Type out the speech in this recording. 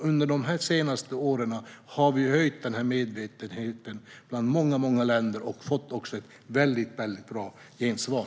Under de senaste åren har vi höjt medvetenheten i många andra länder och fått ett väldigt bra gensvar.